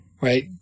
right